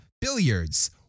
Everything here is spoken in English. billiards